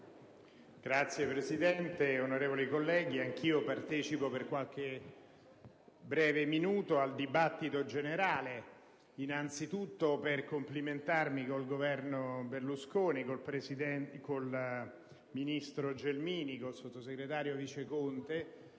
Signora Presidente, onorevoli colleghi, anch'io partecipo per qualche breve minuto alla discussione generale, innanzitutto per complimentarmi con il Governo Berlusconi, con la signora ministro Gelmini, con il sottosegretario Viceconte